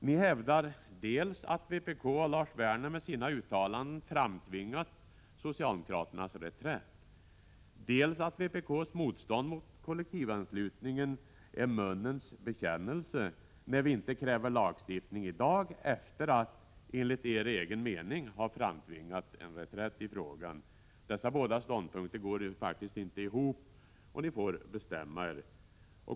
Ni hävdar dels att vpk och Lars Werner med sina uttalanden har framtvingat socialdemokraternas reträtt, dels att vårt motstånd mot kollektivanslutningen är munnens bekännelse, när vi inte kräver lagstiftning i dag efter att — enligt er egen mening — ha framtvingat denna reträtt. Dessa båda ståndpunkter går faktiskt inte ihop. Ni får bestämma er!